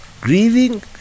grieving